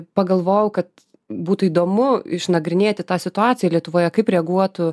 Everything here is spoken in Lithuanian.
pagalvojau kad būtų įdomu išnagrinėti tą situaciją lietuvoje kaip reaguotų